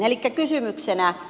elikkä kysymyksenä